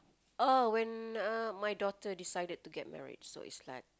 oh when uh my daughter decided to get married so it's like